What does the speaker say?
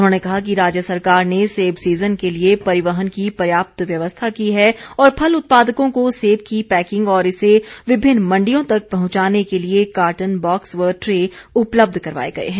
उन्होंने कहा कि राज्य सरकार ने सेब सीजन के लिए परिवहन की पर्याप्त व्यवस्था की है और फल उत्पादकों को सेब की पैकिंग और इसे विभिन्न मंडियों तक पहुंचाने के लिए कार्टन बॉक्स व ट्रे उपलब्ध करवाए गए हैं